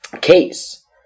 case